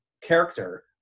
character